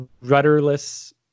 rudderless